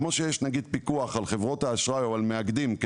כמו שיש פיקוח על חברות האשראי או על מאגדים,